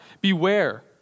beware